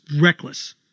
reckless